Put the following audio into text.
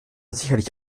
sicherlich